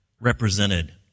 represented